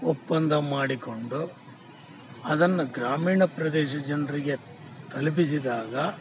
ಒಪ್ಪಂದ ಮಾಡಿಕೊಂಡು ಅದನ್ನು ಗ್ರಾಮೀಣ ಪ್ರದೇಶ ಜನರಿಗೆ ತಲುಪಿಸಿದಾಗ